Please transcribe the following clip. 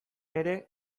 ere